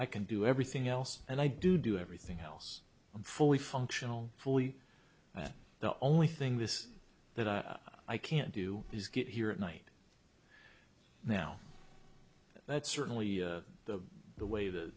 i can do everything else and i do do everything else i'm fully functional fully and the only thing this that i i can't do is get here at night now that's certainly the way the